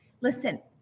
Listen